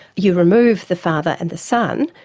you remove the father and the son,